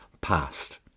past